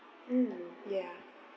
mm ya